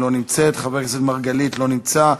לא נמצאת,